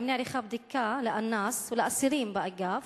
2. האם נערכה בדיקה לאנס ולאסירים באגף?